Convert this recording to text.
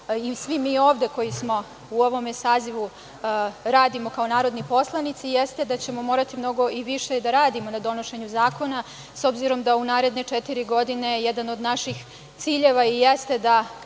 i svi mi ovde koji smo u ovome sazivu radimo kao narodni poslanici jeste da ćemo morati mnogo više da radimo na donošenju zakona, s obzirom da u naredne četiri godine jedan od naših ciljeva i jeste da